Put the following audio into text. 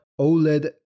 OLED